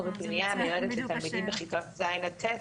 ובפנימייה המיועדת לתלמידים בכיתות ז' עד ט'